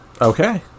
okay